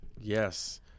Yes